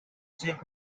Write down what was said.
cheap